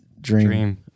Dream